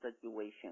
situation